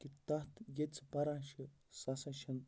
کہِ تَتھ ییٚتہِ سُہ پَران چھِ سُہ ہَسا چھِنہٕ